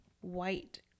White